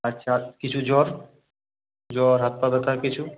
আচ্ছা আর কিছু জ্বর জ্বর হাত পা ব্যথা কিছু